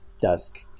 dusk